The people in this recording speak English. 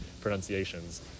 pronunciations